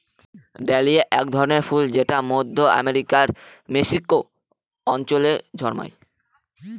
dahlia এক ধরনের ফুল যেটা মধ্য আমেরিকার মেক্সিকো অঞ্চলে জন্মায়